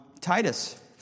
Titus